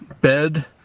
bed